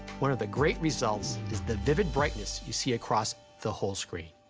one of the great results is the vivid brightness you see across the whole screen.